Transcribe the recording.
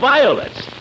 Violets